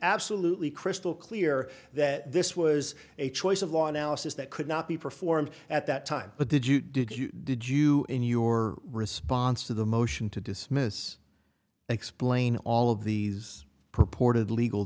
absolutely crystal clear that this was a choice of law analysis that could not be performed at that time but did you did you did you in your response to the motion to dismiss explain all of these purported legal